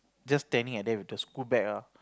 just standing at there with the school bag lah